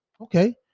Okay